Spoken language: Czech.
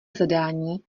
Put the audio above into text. zadání